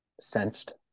sensed